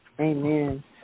Amen